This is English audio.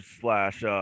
slash –